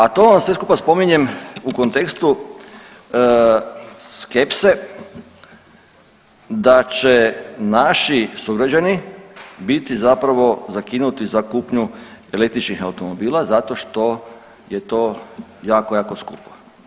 A to vam sve skupa spominjem u kontekstu skepse da će naši sugrađani biti zapravo zakinuti za kupnju električnih automobila zato što je to jako, jako skupo.